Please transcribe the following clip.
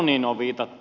oniin on viitattu